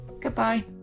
Goodbye